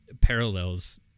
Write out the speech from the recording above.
parallels